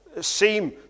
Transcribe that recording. seem